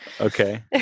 okay